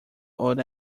old